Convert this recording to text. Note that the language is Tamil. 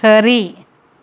சரி